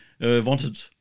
wanted